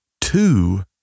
two